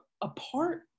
Apart